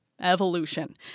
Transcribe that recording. Evolution